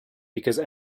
because